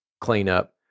cleanup